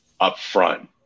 upfront